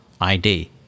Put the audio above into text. ID